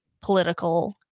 political